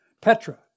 Petra